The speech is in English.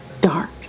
dark